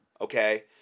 okay